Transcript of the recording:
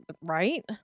right